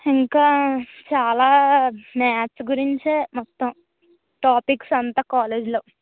ఇంకా చాలా మాథ్స్ గురించే మొత్తం టాపిక్స్ అంతా కాలేజీలో